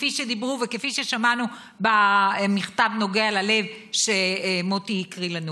כפי שדיברו וכפי ששמענו במכתב הנוגע ללב שמוטי הקריא לנו.